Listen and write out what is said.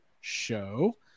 show